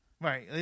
Right